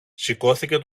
σηκώθηκε